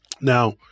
Now